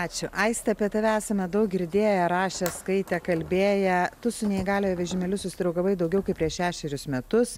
ačiū aiste apie tave esame daug girdėję rašę skaitę kalbėję su neįgaliojo vežimėliu susidraugavai daugiau kaip prieš šešerius metus